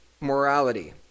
morality